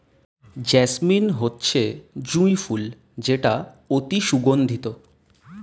jasmine হচ্ছে জুঁই ফুল যেটা অতি সুগন্ধিত